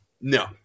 No